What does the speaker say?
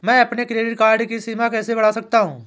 मैं अपने credit card की सीमा कैसे बढ़ा सकता हूँ?